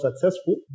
successful